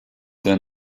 sein